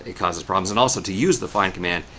ah causes problems. and also, to use the find command,